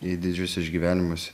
į didžius išgyvenimus